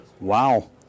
Wow